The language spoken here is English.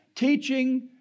Teaching